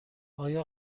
آیا